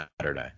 Saturday